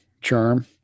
charm